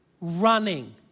running